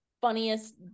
funniest